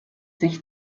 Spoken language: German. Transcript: sich